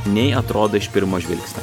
nei atrodo iš pirmo žvilgsnio